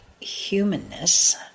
humanness